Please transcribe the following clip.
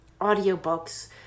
audiobooks